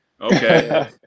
okay